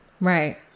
Right